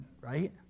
right